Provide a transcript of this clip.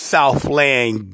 Southland